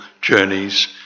journeys